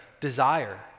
desire